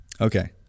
Okay